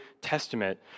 testament